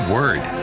Word